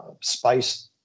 spice